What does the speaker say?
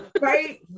Right